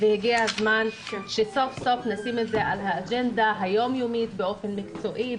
והגיע הזמן שסוף-סוף נשים את זה על האג'נדה היומיומית באופן מקצועי,